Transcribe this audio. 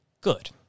good